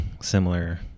similar